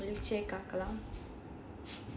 எழுச்சியை காட்டவா:eluchiyai kaatavaa